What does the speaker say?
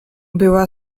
była